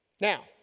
Now